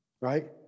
Right